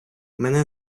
мене